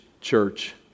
church